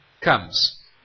comes